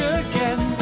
again